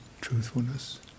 truthfulness